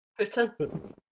Putin